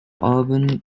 urban